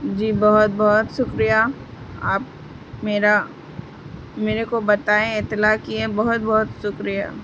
جی بہت بہت شکریہ آپ میرا میرے کو بتائیں اطلاع کیے بہت بہت شکریہ